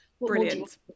Brilliant